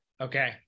Okay